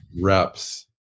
reps